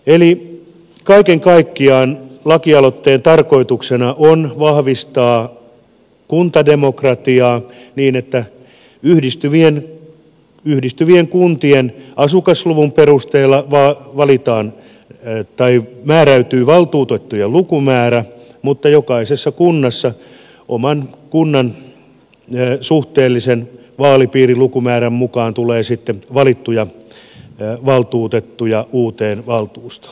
eli kaiken kaikkiaan lakialoitteen tarkoituksena on vahvistaa kuntademokratiaa niin että yhdistyvien kuntien asukasluvun perusteella määräytyy valtuutettujen lukumäärä mutta jokaisessa kunnassa oman kunnan suhteellisen vaalipiirilukumäärän mukaan tulee sitten valittuja valtuutettuja uuteen valtuustoon